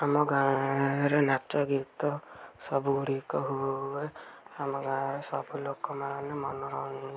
ଆମ ଗାଁ ରେ ନାଚ ଗୀତ ସବୁଗୁଡ଼ିକ ହୁଏ ଆମ ଗାଁର ସବୁ ଲୋକମାନେ ମନର